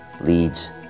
leads